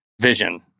vision